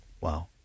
Wow